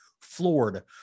floored